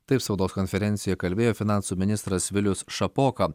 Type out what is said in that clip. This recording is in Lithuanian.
taip spaudos konferencijoj kalbėjo finansų ministras vilius šapoka